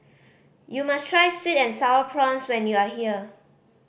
you must try sweet and Sour Prawns when you are here